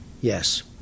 Yes